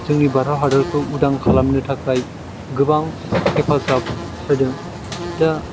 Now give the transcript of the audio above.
जोंनि भारत हादरखौ उदां खालामनो थाखाय गोबां हेफाजाब होदों दा